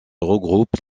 regroupe